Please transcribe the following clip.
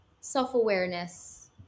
self-awareness